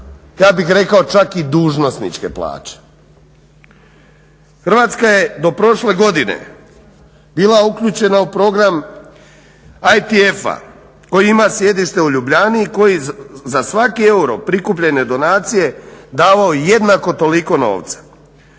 ja bih rekao čak i dužnosničke plaće. Hrvatska je do prošle godine bila uključena u program ATF-a koji ima sjedište u Ljubljani i koji za svaki euro prikupljene donacije davao jednako toliko novca.